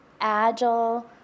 agile